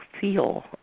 feel